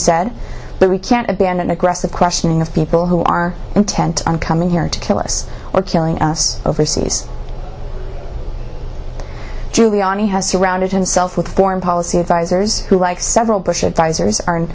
said but we can't abandon aggressive questioning of people who are intent on coming here to kill us or killing us overseas giuliani has surrounded himself with foreign policy advisers who like several bush advisers ar